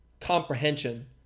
comprehension